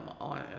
on